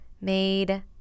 made